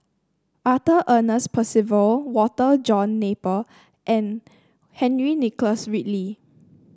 Arthur Ernest Percival Walter John Napier and Henry Nicholas Ridley